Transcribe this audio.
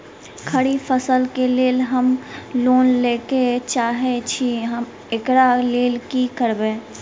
खरीफ फसल केँ लेल हम लोन लैके चाहै छी एकरा लेल की करबै?